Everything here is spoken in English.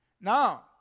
Now